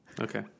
Okay